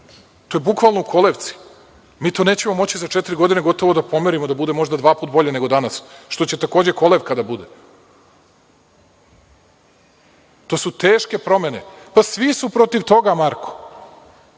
to je bukvalno u kolevci. Mi to nećemo moći za četiri godine gotovo da pomerimo, da bude možda dva puta bolje nego danas, što će takođe kolevka da bude. To su teške promene. Svi su protiv toga, Marko.